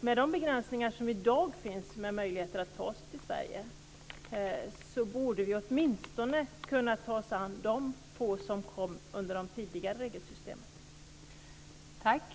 Med de begränsningar som i dag finns vad gäller möjligheterna att ta sig till Sverige borde vi åtminstone kunna ta oss an de få som kom när det tidigare regelsystemet gällde.